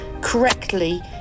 correctly